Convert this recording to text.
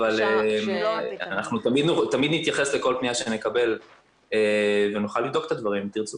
אנחנו תמיד נתייחס לכל פנייה שנקבל ונוכל לבדוק את הדברים אם תרצו.